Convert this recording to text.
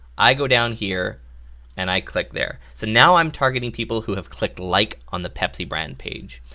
i go down here and i click there. so now i'm targeting people who have clicked like on the pepsi brand page.